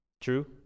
True